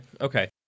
okay